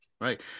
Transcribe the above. right